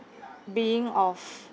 being of